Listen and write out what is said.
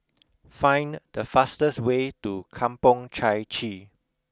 find the fastest way to Kampong Chai Chee